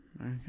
Okay